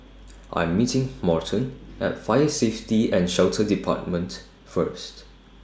I'm meeting Morton At Fire Safety and Shelter department First